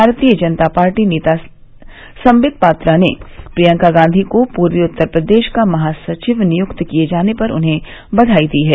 भारतीय जनता पार्टी नेता संबित पात्रा ने प्रियंका गांधी को पूर्वी उत्तरप्रदेश का महासचिव नियुक्त किये जाने पर बधाई दी है